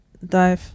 dive